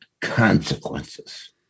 consequences